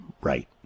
right